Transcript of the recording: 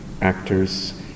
actors